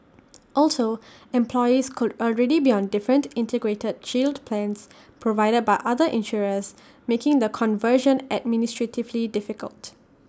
also employees could already be on different integrated shield plans provided by other insurers making the conversion administratively difficult